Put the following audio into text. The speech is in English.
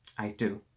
i do.